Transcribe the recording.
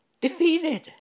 defeated